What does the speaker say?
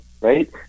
right